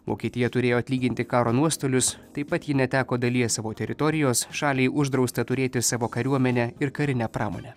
vokietija turėjo atlyginti karo nuostolius taip pat ji neteko dalies savo teritorijos šaliai uždrausta turėti savo kariuomenę ir karinę pramonę